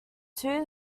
two